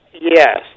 Yes